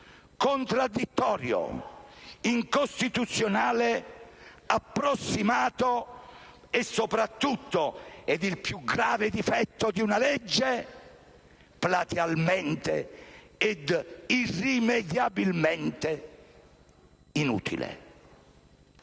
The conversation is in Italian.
contraddittorio, incostituzionale, approssimato e soprattutto - ed è il più grave difetto di una legge - platealmente ed irrimediabilmente inutile.